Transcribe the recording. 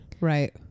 right